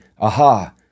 aha